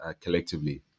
collectively